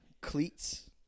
cleats